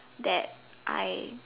that I